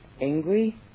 angry